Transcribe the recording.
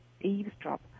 eavesdrop